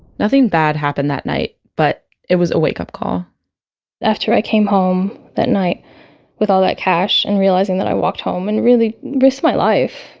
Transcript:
nothing bad happened that night. but it was a wake up call after i came home that night with all that cash and realizing that i walked home and really risked my life